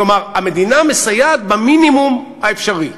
כלומר, המדינה מסייעת במינימום האפשרי.